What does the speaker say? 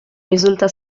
risulta